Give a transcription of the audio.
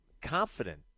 confident